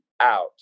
out